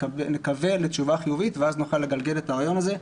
נקווה לתשובה חיובית ואז נוכל לגלגל את הרעיון הזה,